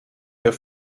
der